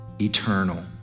eternal